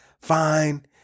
Fine